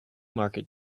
market